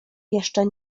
jeszcze